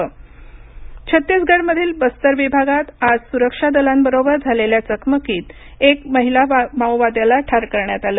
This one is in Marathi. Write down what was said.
छत्तीसगढ माओवाद छत्तीसगडमधील बस्तर विभागात आज सुरक्षा दलांबरोबर झालेल्या चकमकीत एका महिला माओवाद्याला ठार करण्यात आलं